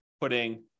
putting